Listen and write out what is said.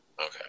Okay